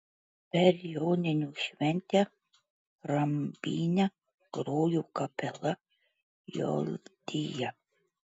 per joninių šventę rambyne grojo kapela joldija